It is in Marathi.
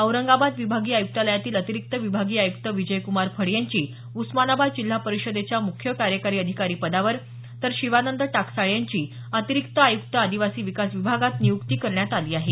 औरंगाबाद विभागीय आयुक्तालयातील अतिरिक्त विभागीय आयुक्त विजयकुमार फड यांची उस्मानाबाद जिल्हा परिषदेच्या मुख्य कार्यकारी अधिकारी पदावर तर शिवानंद टाकसाळे यांची अतिरिक्त आयुक्त आदिवासी विकास विभागात नियुक्ती करण्यात आली आहे